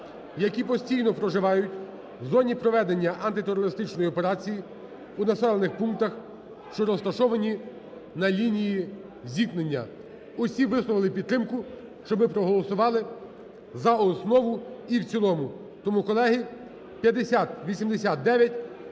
які постійно проживають в зоні проведення антитерористичної операції у населених пунктах, що розташовані на лінії зіткнення. Усі висловили підтримку, щоб ми проголосували за основу і в цілому. Тому, колеги, 5089